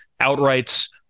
outrights